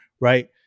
right